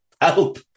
Help